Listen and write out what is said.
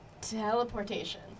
teleportation